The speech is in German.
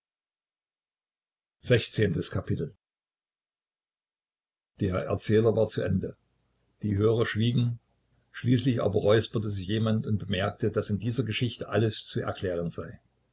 der erzähler war zu ende die hörer schwiegen schließlich aber räusperte sich jemand und bemerkte daß in dieser geschichte alles zu erklären sei